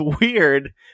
weird